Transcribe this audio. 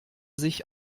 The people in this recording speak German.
sich